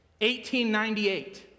1898